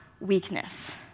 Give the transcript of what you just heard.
weakness